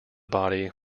body